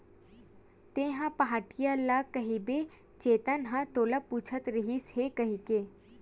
तेंहा पहाटिया ल कहिबे चेतन ह तोला पूछत रहिस हे कहिके